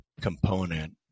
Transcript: component